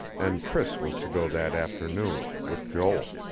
and priss was to go that afternoon, with joel.